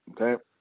okay